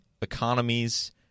economies